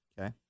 Okay